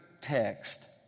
text